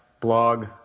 blog